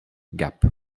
gap